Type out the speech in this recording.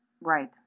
right